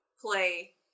play